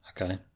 okay